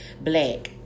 black